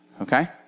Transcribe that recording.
Okay